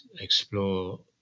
explore